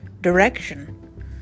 direction